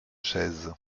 chaises